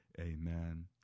Amen